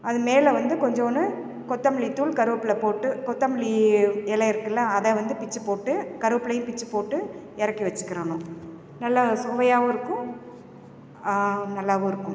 அது மேலே வந்து கொஞ்சோம் கொத்தமல்லித் தூள் கருவேப்பிலை போட்டு கொத்தமல்லி எலை இருக்கில்ல அதை வந்து பிய்ச்சுப் போட்டு கருவேப்பிலையும் பிய்ச்சுப் போட்டு இறக்கி வச்சிக்கிடணும் நல்லா சுவையாகவும் இருக்கும் நல்லாவும் இருக்கும்